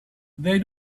they